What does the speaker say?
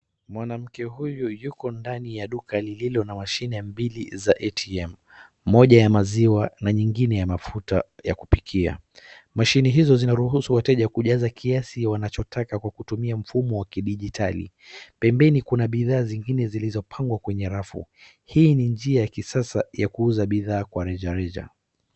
Mwanamke huyu yuko ndani ya duka lililo na mashine mbili za ATM. Moja ya maziwa na nyingine ya mafuta ya kupikia. Mashine hizo zinaruhusu wateja kujaza kiasi wanachotaka kwa kutumia mfumo wa kidijitali. Pembeni, kuna bidhaa zingine zilizopangwa kwenye rafu. Hii ni njia ya kisasa ya kuuza bidhaa kwa rejareja.